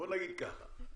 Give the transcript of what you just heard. בוא נגיד ככה.